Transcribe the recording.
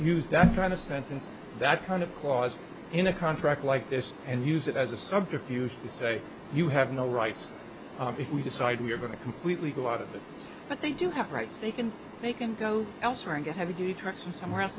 use that kind of sentence that kind of clause in a contract like this and use it as a subterfuge to say you have no rights if we decide we're going to completely go out of this but they do have rights they can they can go elsewhere and get heavy duty trucks or somewhere else